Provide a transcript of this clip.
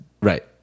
Right